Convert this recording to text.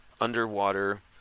underwater